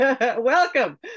Welcome